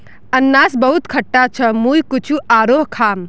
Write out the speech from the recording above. अनन्नास बहुत खट्टा छ मुई कुछू आरोह खाम